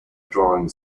drawing